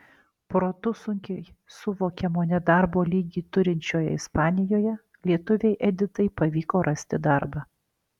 protu sunkiai suvokiamo nedarbo lygį turinčioje ispanijoje lietuvei editai pavyko rasti darbą